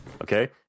Okay